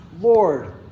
Lord